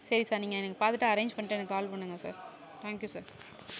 சரி சார் நீங்கள் எனக்கு பார்த்துட்டு அரேஞ்ச் பண்ணிவிட்டு எனக்கு கால் பண்ணுங்க சார் தேங்க்யூ சார்